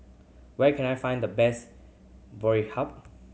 where can I find the best Boribap